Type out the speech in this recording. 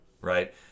right